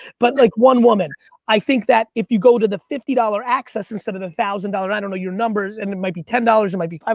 but like one woman i think that if you go to the fifty dollars access instead of the one thousand dollars, i don't know your numbers, and it might be ten dollars, it might be five,